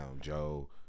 Joe